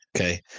Okay